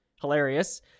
hilarious